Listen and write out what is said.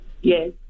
Yes